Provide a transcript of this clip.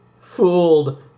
Fooled